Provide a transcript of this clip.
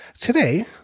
Today